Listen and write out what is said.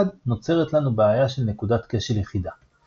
נוצרת לנו בעיה של נקודת כשל יחידה .